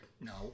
no